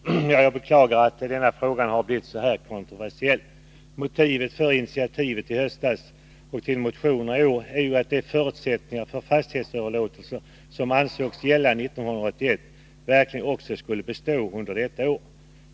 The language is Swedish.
Herr talman! Jag beklagar att denna fråga blivit så kontroversiell. Motivet för initiativet i höstas och till motionerna i år är ju att de förutsättningar för fastighetsöverlåtelser som ansågs gälla 1981 verkligen också skulle bestå under detta år.